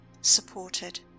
supported